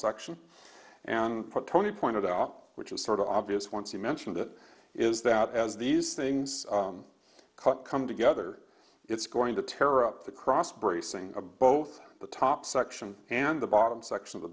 section and patani pointed out which is sort of obvious once you mentioned it is that as these things come together it's going to tear up the cross bracing of both the top section and the bottom section of the